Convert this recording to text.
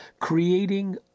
creating